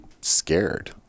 scared